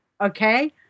okay